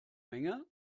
menge